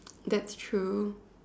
that's true